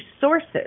sources